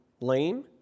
lame